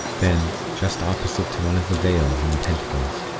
then, just opposite to one of the vales' in the pentacles,